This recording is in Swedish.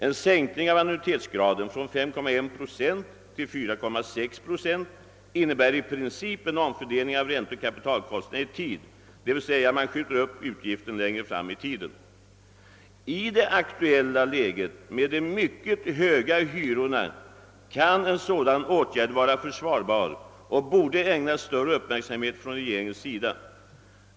En sänkning av annuitetsgraden från 5,1 procent till 4,6 procent innebär i princip en omfördelning av ränteoch kapitalkostnaderna i tid, d.v.s. man skjuter upp utgiften i tiden. I det aktuella läget med de mycket höga hyrorna kan en sådan åtgärd vara försvarbar och borde ägnas större uppmärksamhet från regeringens sida.